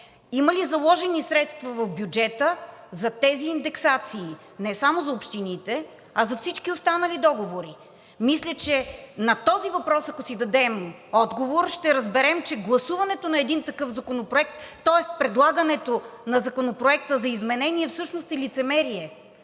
Има ли заложени средства в бюджета за тези индексации, не само за общините, а за всички останали договори? Мисля, че на този въпрос, ако си дадем отговор, ще разберем, че гласуването на един такъв законопроект, тоест предлагането на Законопроекта за изменение, всъщност е лицемерие,